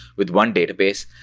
with one database,